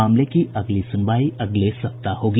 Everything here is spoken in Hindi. मामले की अगली सुनवाई अगले सप्ताह होगी